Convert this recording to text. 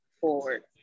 forward